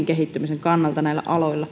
kehittymisen kannalta näillä aloilla